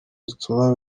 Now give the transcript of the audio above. zituma